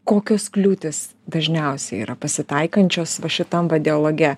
kokios kliūtys dažniausiai yra pasitaikančios va šitam va dialoge